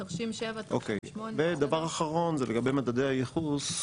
תרשים 7 תרשים 8. ודבר אחרון זה לגבי מדדי הייחוס.